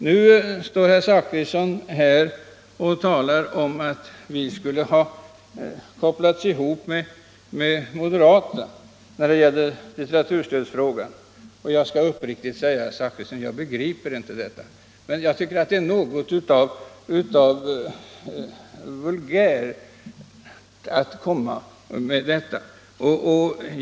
Nu står herr Zachrisson här och påstår att vi skulle ha kopplats ihop med moderaterna i litteraturstödsfrågan. Jag skall då uppriktigt säga att jag inte begriper detta tal. Jag tycker det är vulgärt att komma med ett sådant påstående.